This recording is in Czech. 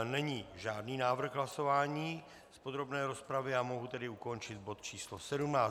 Není žádný návrh k hlasování v podrobné rozpravě, mohu tedy ukončit bod číslo 17.